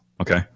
okay